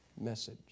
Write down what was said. message